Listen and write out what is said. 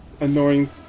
annoying